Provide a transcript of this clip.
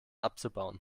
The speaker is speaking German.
abzubauen